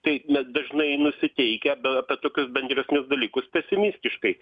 tai mes dažnai nusiteikę be apie tokius bendresnius dalykus pesimistiškai